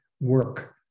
work